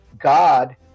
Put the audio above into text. God